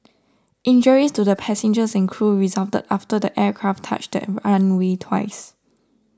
injuries to the passengers and crew resulted after the aircraft touched the runway twice